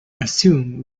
assume